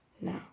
now